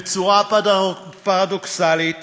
בצורה פרדוקסלית,